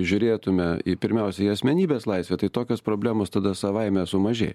žiūrėtume į pirmiausia į asmenybės laisvę tai tokios problemos tada savaime sumažėja